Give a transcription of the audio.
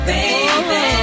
Baby